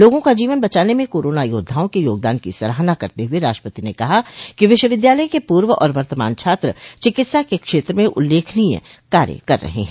लोगों का जीवन बचाने में कोरोना योद्वाओं के योगदान की सराहना करते हुए राष्ट्रपति ने कहा कि विश्वविद्यालय के पूर्व और वर्तमान छात्र चिकित्सा के क्षेत्र में उल्लेखनीय कार्य कर रहे हैं